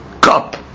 cup